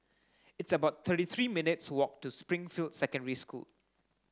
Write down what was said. it's about thirty three minutes' walk to Springfield Secondary School